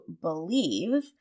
believe